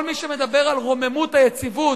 כל מי שמדבר על רוממות היציבות,